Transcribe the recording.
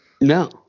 No